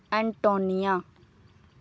antonia